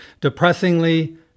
depressingly